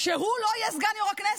שהוא לא יהיה סגן יו"ר הכנסת.